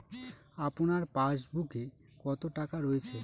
আপনার পাসবুকে কত টাকা রয়েছে?